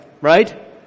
right